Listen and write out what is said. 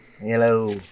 Hello